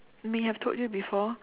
may have told you before